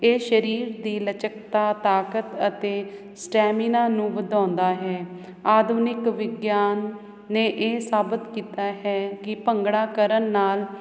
ਇਹ ਸਰੀਰ ਦੀ ਲਚਕਤਾ ਤਾਕਤ ਅਤੇ ਸਟੈਮੀਨਾ ਨੂੰ ਵਧਾਉਂਦਾ ਹੈ ਆਧੁਨਿਕ ਵਿਗਿਆਨ ਨੇ ਇਹ ਸਾਬਤ ਕੀਤਾ ਹੈ ਕਿ ਭੰਗੜਾ ਕਰਨ ਨਾਲ